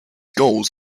goals